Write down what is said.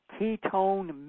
ketone